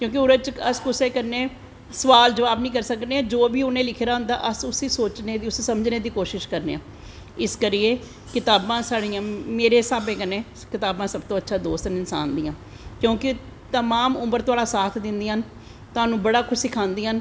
क्योंकि ओह्दे च अस कुसै कन्नैं सोआल जबाब नी करी सकनें जो उनैं लिके दा अस उसी सोचनें दी समझनें दी कोशिश करनें आं इस करियै कताबां मेरे हिसावे कन्नैं कताबां सब तो अच्छा दोस्त न इंसान दियां क्योंकि तमाम उमर तोआड़ा साथ दिंदियां न तोआनी बड़ा कुश सखांदियां न